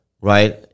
Right